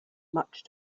much